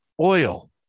oil